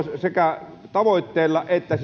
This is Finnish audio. sekä tavoitteilla että